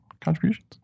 Contributions